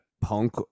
punk